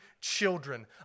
children